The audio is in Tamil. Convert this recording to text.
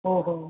ஓஹோ